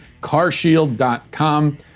carshield.com